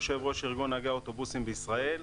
יושב-ראש ארגון נהגי האוטובוסים בישראל.